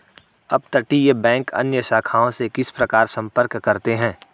अपतटीय बैंक अन्य शाखाओं से किस प्रकार संपर्क करते हैं?